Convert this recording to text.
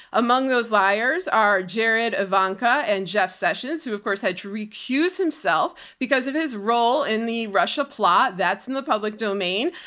among those liars are jared, ivanka and jeff sessions who of course had to recuse himself because of his role in the russia plot. that's in the public domain.